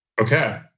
Okay